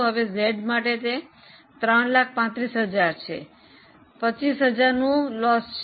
હવે Z માટે તે 335000 છે 25000 નું નુકસાન છે